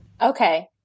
Okay